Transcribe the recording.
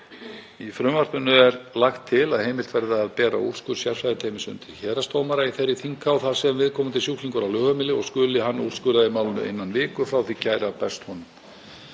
Í frumvarpinu er lagt til að heimilt verði að bera úrskurð sérfræðiteymis undir héraðsdómara í þeirri þinghá þar sem viðkomandi sjúklingur á lögheimili og skal hann úrskurða í málinu innan viku frá því að kæra berst honum.